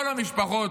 כל המשפחות